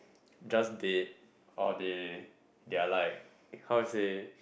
just they or they they are like how to say